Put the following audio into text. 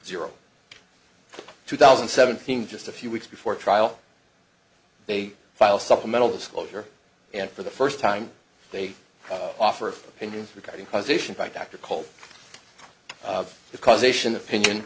zero two thousand seven hundred just a few weeks before trial they file supplemental disclosure and for the first time they offer opinions regarding causation by dr cole the causation opinion